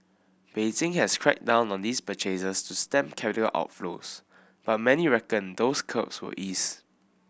Beijing has cracked down on these purchases to stem capital outflows but many reckon those curbs will ease